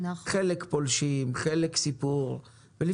חלק פולשים, חלק סיפור אחר.